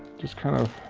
just kind of.